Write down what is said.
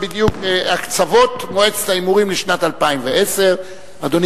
הקצבות מועצת ההימורים לשנת 2010. אדוני